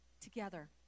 together